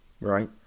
right